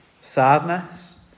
sadness